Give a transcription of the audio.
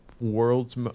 world's